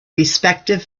respective